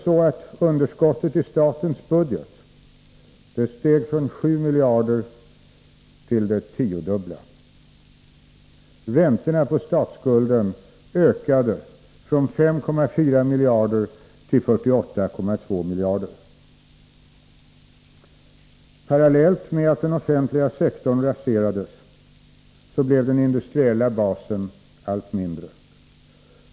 Underskottet i statens budget steg från 7 miljarder till det tiodubbla. Räntorna på statsskulden ökade från 5,4 miljarder till 48,2 miljarder. Parallellt med att den offentliga sektorn raserades blev den industriella basen allt mindre.